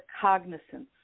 cognizance